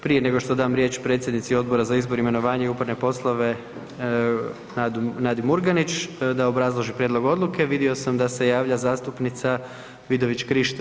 Prije nego što dam riječ predsjednici Odbora za izbor, imenovanje i upravne poslove Nadi Murganić da obrazloži prijedlog odluke vidio sam da se javlja zastupnica Vidović Krišto.